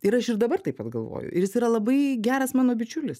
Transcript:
ir aš ir dabar taip pat galvoju ir jis yra labai geras mano bičiulis